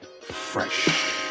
fresh